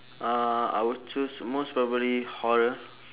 uh I would choose most probably horror